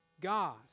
God